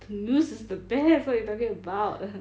the mousse is the best what you talking about